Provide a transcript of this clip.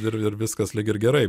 ir ir viskas lyg ir gerai